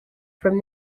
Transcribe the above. from